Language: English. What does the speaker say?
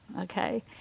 Okay